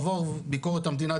עבור ביקורת המדינה,